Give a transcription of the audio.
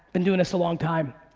been doing this a long time.